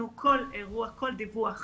אנחנו כל אירוע, כל דיווח